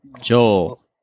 Joel